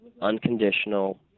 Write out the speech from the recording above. unconditional